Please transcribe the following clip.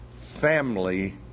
family